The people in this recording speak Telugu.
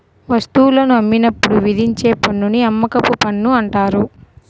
వస్తువులను అమ్మినప్పుడు విధించే పన్నుని అమ్మకపు పన్ను అంటారు